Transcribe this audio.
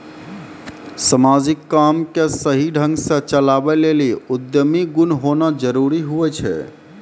समाजिक काम के सही ढंग से चलावै लेली उद्यमी गुण होना जरूरी हुवै छै